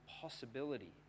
possibility